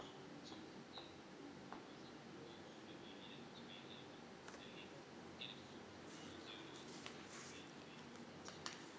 so